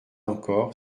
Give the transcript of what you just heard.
encore